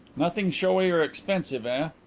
nothing showy or expensive, ah?